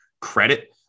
credit